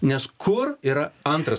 nes kur yra antras